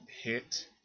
hit